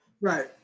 right